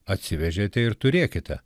atsivežėte ir turėkite